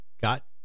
got